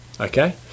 Okay